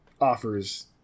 offers